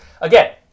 Again